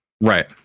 Right